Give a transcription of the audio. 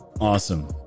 awesome